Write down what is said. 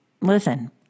listen